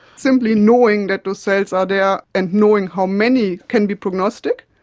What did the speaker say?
simply knowing that those cells are there and knowing how many can be prognostic.